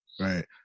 right